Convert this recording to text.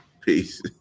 Peace